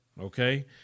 Okay